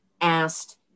asked